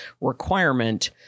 requirement